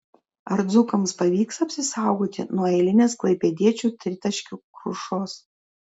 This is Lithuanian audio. ar dzūkams pavyks apsisaugoti nuo eilinės klaipėdiečių tritaškių krušos